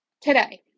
today